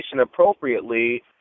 appropriately